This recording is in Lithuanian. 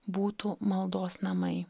būtų maldos namai